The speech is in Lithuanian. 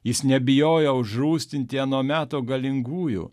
jis nebijojo užrūstinti ano meto galingųjų